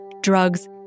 drugs